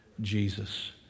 Jesus